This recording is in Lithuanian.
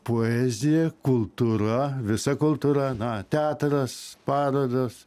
poezija kultūra visa kultūra na teatras parodos